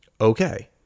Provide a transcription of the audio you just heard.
okay